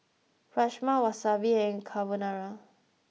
Rajma Wasabi and Carbonara